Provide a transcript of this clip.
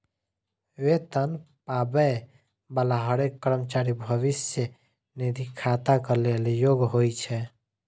वेतन पाबै बला हरेक कर्मचारी भविष्य निधि खाताक लेल योग्य होइ छै